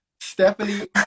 Stephanie